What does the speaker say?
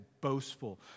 boastful